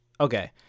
okay